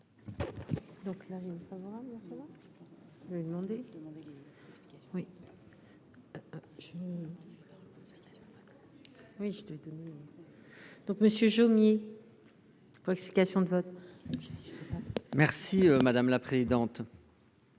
Merci madame la présidente,